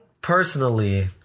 personally